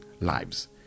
lives